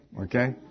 Okay